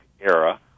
era